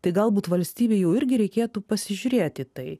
tai galbūt valstybei jau irgi reikėtų pasižiūrėt į tai